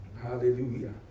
Hallelujah